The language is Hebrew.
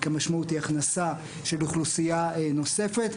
כי המשמעות היא הכנסה של אוכלוסייה נוספת.